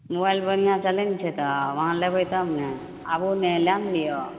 mobile बढ़िआँ चलय नहि छै तब अहाँ लेबय तब ने आबू ने लए ने लिअ